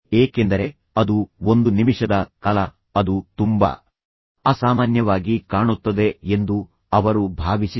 ಏಕೆಂದರೆ ಅದು ಒಂದು ನಿಮಿಷದ ಕಾಲ ಅದು ತುಂಬಾ ಅಸಾಮಾನ್ಯವಾಗಿ ಕಾಣುತ್ತದೆ ಎಂದು ಅವರು ಭಾವಿಸಿದರು